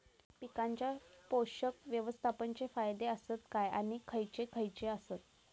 पीकांच्या पोषक व्यवस्थापन चे फायदे आसत काय आणि खैयचे खैयचे आसत?